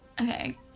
okay